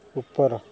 ଉପର